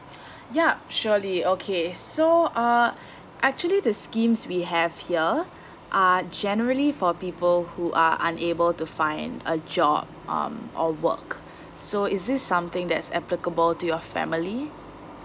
yup surely okay so uh actually the schemes we have here are generally for people who are unable to find a job um or work so is this something that's applicable to your family